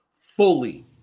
fully